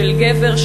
של גבר,